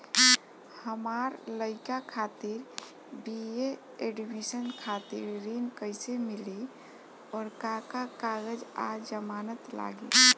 हमार लइका खातिर बी.ए एडमिशन खातिर ऋण कइसे मिली और का का कागज आ जमानत लागी?